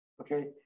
okay